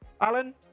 Alan